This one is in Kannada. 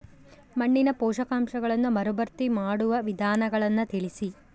ಮಣ್ಣಿನ ಪೋಷಕಾಂಶಗಳನ್ನು ಮರುಭರ್ತಿ ಮಾಡುವ ವಿಧಾನಗಳನ್ನು ತಿಳಿಸಿ?